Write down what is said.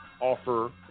offer